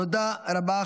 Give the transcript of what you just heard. תודה רבה.